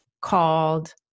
called